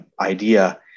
idea